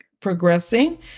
Progressing